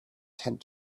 tent